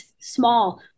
small